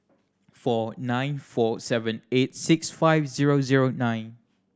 four nine four seven eight six five zero zero nine